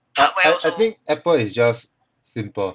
I I I think apple is just simple